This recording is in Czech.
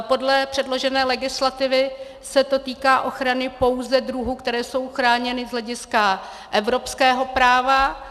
Podle předložené legislativy se to týká ochrany pouze druhů, které jsou chráněny z hlediska evropského práva.